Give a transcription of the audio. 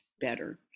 better